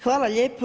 Hvala lijepo.